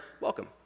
welcome